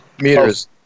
Meters